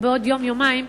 בעוד יום או יומיים,